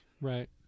Right